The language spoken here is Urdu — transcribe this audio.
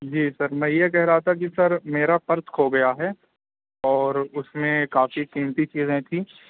جی سر میں یہ کہہ رہا تھا کہ سر میرا پرس کھو گیا ہے اور اُس میں کافی قیمتی چیزیں تھیں